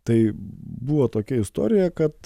tai buvo tokia istorija kad